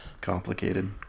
complicated